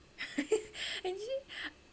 actually